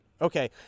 Okay